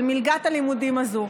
על מלגת הלימודים הזו?